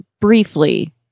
briefly